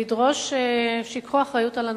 ולדרוש שייקחו אחריות על הנושא,